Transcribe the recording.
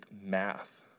math